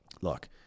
look